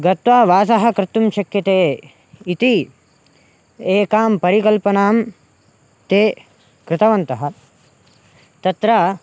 गत्वा वासः कर्तुं शक्यते इति एकां परिकल्पनां ते कृतवन्तः तत्र